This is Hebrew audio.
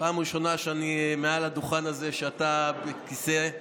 זו הפעם הראשונה שאני מעל הדוכן הזה כשאתה בכיסא,